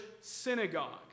synagogue